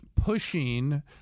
pushing